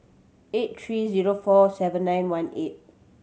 eight three zero four seven nine one eight